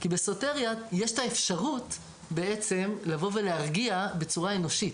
כי בסוטריה יש את האפשרות בעצם לבוא ולהרגיע בצורה אנושית,